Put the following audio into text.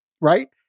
right